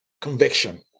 conviction